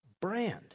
brand